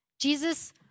Jesus